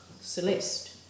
Celeste